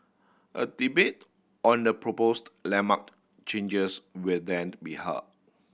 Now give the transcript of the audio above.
a debate on the proposed landmark changes will then be held